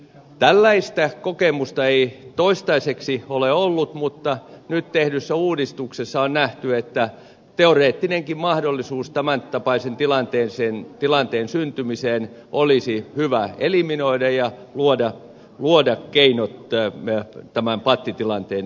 tällaista kokemusta ei toistaiseksi ole ollut mutta nyt tehdyssä uudistuksessa on nähty että teoreettinenkin mahdollisuus tämäntapaisen tilanteen syntymiseen olisi hyvä eliminoida ja luoda keinot tämän pattitilanteen purkamiseksi